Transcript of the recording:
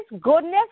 goodness